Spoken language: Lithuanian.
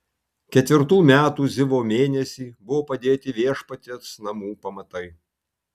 ketvirtų metų zivo mėnesį buvo padėti viešpaties namų pamatai